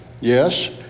Yes